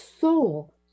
soul